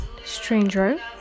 Stranger